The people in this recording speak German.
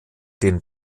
den